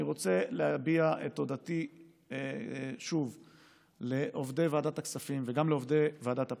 אני רוצה להביע את תודתי לעובדי ועדת הכספים וגם לעובדי ועדת הפנים,